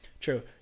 true